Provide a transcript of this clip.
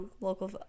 local